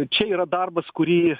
čia yra darbas kurį